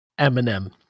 Eminem